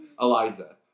Eliza